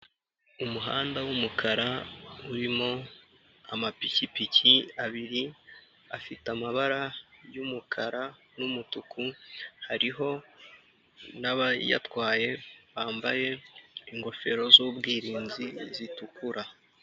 Umuhanda w'umukara urimo amapikipiki abiri afite amabara y'umukara n'umutuku hariho n'abayatwaye bambaye ingofero z'ubwirinzi zitukura.